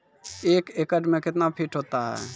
एक एकड मे कितना फीट होता हैं?